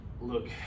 look